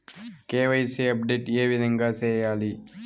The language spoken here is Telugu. కె.వై.సి అప్డేట్ ఏ విధంగా సేయాలి?